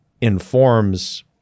informs